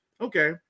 Okay